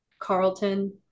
carlton